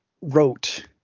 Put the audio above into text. wrote